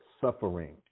suffering